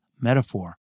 metaphor